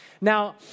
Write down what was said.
Now